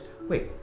Wait